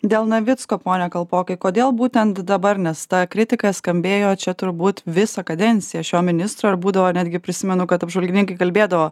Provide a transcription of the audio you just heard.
dėl navicko pone kalpokai kodėl būtent dabar nes ta kritika skambėjo čia turbūt visą kadenciją šio ministro ir būdavo netgi prisimenu kad apžvalgininkai kalbėdavo